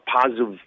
positive